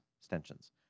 extensions